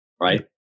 right